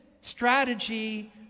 strategy